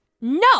no